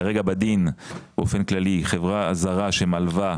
כרגע בדין באופן כללי חברה זרה שמלווה,